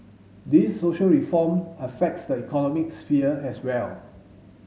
these social reform affects the economic sphere as well